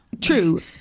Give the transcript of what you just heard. True